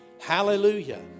Hallelujah